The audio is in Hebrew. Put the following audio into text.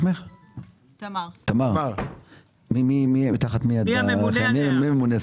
מי הממונה?